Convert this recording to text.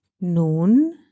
Nun